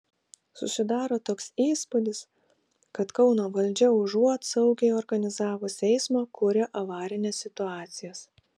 susidaro toks įspūdis kad kauno valdžia užuot saugiai organizavus eismą kuria avarines situacijas